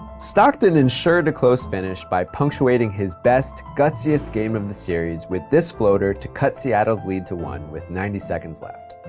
stockton ensured a close finish by punctuating his best, gutsiest game of the series with this floater to cut seattle's lead to one with ninety seconds left.